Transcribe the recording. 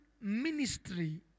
ministry